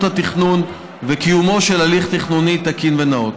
התכנון וקיומו של הליך תכנוני תקין ונאות.